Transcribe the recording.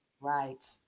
Right